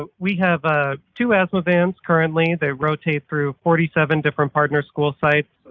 but we have ah two asthma vans currently. they rotate through forty seven different partner school sites.